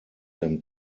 them